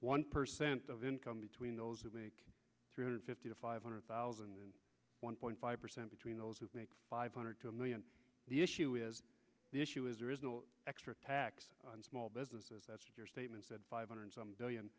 one percent of income between those who make three hundred fifty to five hundred thousand and one point five percent between those who make five hundred two million the issue is the issue is there is no extra tax on small businesses that's your statements that five hundred